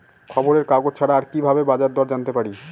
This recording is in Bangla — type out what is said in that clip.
খবরের কাগজ ছাড়া আর কি ভাবে বাজার দর জানতে পারি?